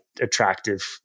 attractive